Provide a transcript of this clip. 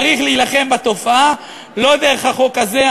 צריך להילחם בתופעה, לא דרך החוק הזה.